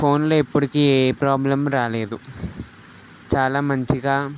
ఫోన్లో ఇప్పటికీ ఏ ప్రాబ్లం రాలేదు చాలా మంచిగా